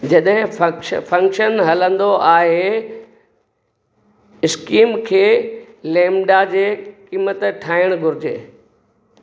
जॾहिं फक फंक्शन हलंदो आहे स्कीम खे लैम्ब्डा जे क़ीमत ठाहिणु घुरिजे